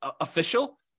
official